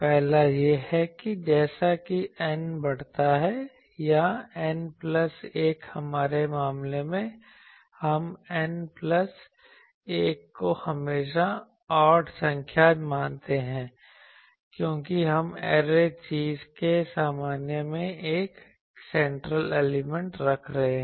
पहला यह है कि जैसा कि N बढ़ता है या N प्लस 1 हमारे मामले में हम N प्लस 1 को हमेशा ऑड संख्या मानते हैं क्योंकि हम ऐरे चीज़ के समन्वय में एक केंद्रीय एलिमेंट रख रहे हैं